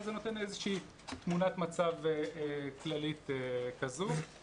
אבל זה נותן איזושהי תמונת מצב כללית כזו